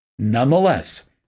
Nonetheless